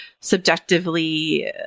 subjectively